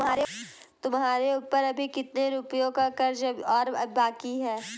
तुम्हारे ऊपर अभी कितने रुपयों का कर्ज और बाकी है?